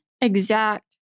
exact